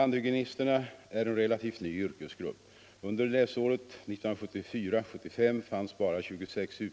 Tandhygienisterna är en relativt ny yrkesgrupp. Under läsåret 1975 77